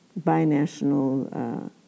binational